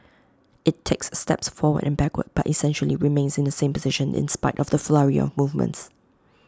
IT takes steps forward and backward but essentially remains in the same position in spite of the flurry of movements